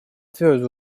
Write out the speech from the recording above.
твердо